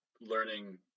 learning